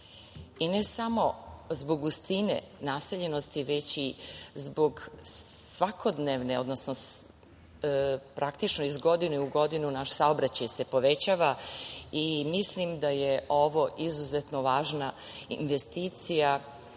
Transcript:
ne samo zbog gustine naseljenosti, već i zato što praktično iz godine u godinu naš saobraćaj se povećava. Mislim da je ovo izuzetno važna investicija